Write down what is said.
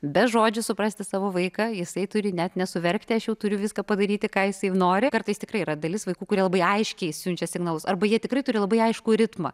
be žodžių suprasti savo vaiką jisai turi net nesuverkti aš jau turiu viską padaryti ką jis nori kartais tikrai yra dalis vaikų kurie labai aiškiai siunčia signalus arba jie tikrai turi labai aiškų ritmą